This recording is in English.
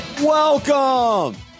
Welcome